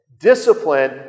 Discipline